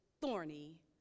thorny